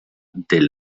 del